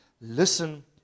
listen